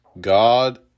God